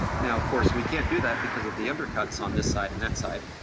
now, of course we can't do that because of the undercut's on this side and that side,